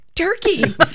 turkey